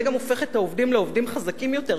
זה גם הופך את העובדים לעובדים חזקים יותר,